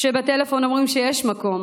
בטלפון אומרים שיש מקום,